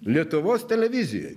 lietuvos televizijoj